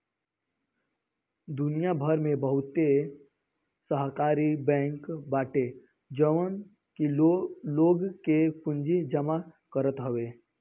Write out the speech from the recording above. दुनिया भर में बहुते सहकारी बैंक बाटे जवन की लोग के पूंजी जमा करत हवे